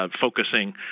focusing